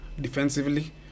Defensively